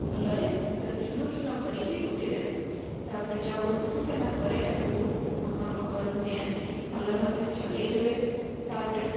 ଭଲରେ ପୁରା ଚୁନ ଚୁନ କରିକି କୁଟିଦେବେ ତା'ପରେ ଚାଉଳ କୁଟି ସାରିଲା ପରେ ଆକୁ ଆପଣ ଘରକୁ ନେଇ ଆସିକି ଭଲ ଭାବରେ ଚଲାଇଦେବେ ତା'ପରେ